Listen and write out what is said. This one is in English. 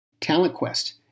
TalentQuest